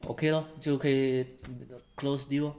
okay lor 就可以 close deal lor